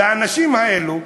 לאנשים האלו,